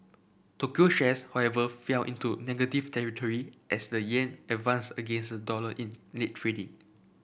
Tokyo shares however fell into negative territory as the yen advanced against the dollar in late